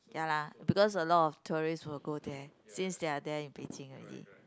ya lah because a lot of tourist will go there since they are there in Beijing already